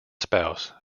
spouse